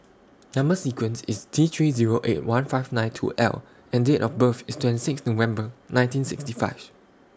Number sequence IS T three Zero eight one five nine two L and Date of birth IS twenty six November nineteen sixty five